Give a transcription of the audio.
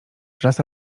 rasa